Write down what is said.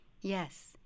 Yes